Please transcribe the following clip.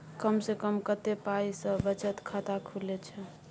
कम से कम कत्ते पाई सं बचत खाता खुले छै?